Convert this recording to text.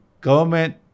government